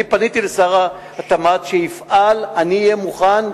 אני פניתי אל שר התמ"ת שיפעל, אני אהיה מוכן.